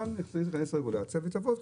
כאן צריכה להיכנס רגולציה ותגיד,